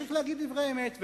צריך להגיד דברי אמת.